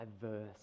diverse